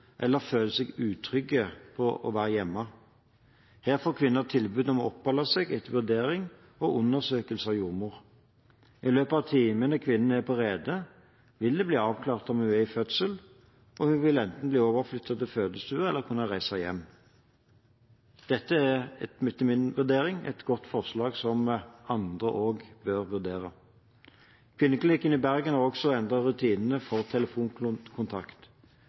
eller føler seg utrygge på å være hjemme. Her får kvinnen tilbud om å oppholde seg etter vurdering og undersøkelse av jordmor. I løpet av timene kvinnen er på Rede, vil det bli avklart om hun er i fødsel, og hun vil enten bli overflyttet til fødestue eller kunne reise hjem. Dette er etter min vurdering et godt tiltak som andre også bør vurdere. Kvinneklinikken i Bergen har også endret rutinene for